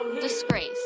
disgrace